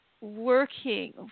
working